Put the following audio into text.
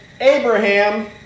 Abraham